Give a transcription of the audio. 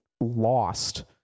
lost